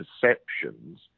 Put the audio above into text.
perceptions